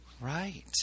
Right